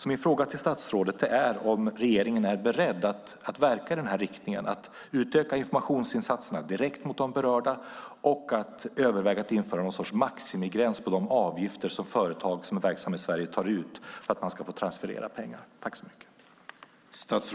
Min fråga till statsrådet är: Är regeringen beredd att verka i denna riktning och utöka informationsinsatserna direkt mot de berörda och att överväga att införa någon sorts maximigräns på de avgifter som företag som är verksamma i Sverige tar ut för att man ska få transferera pengar?